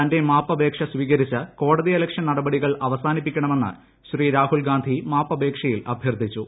തന്റെ മാപ്പപേക്ഷ സ്വീകരിച്ച് കോടതി അലക്ഷ്യ നടപടികൾ അവസാനിപ്പിക്കണമെന്ന് ശ്രീ രാഹുൽ ഗാന്ധി മാപ്പപേക്ഷയിൽ അഭ്യത്ഥിച്ചു